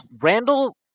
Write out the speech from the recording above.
Randall